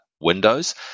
windows